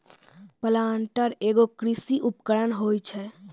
planter एगो कृषि उपकरण होय छै